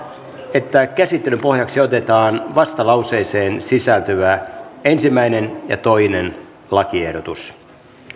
että käsittelyn pohjaksi otetaan vastalauseeseen sisältyvä ensimmäinen ja toinen lakiehdotus